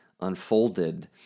unfolded